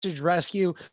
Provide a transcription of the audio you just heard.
Rescue